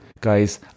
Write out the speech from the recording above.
guys